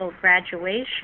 graduation